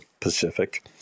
Pacific